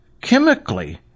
chemically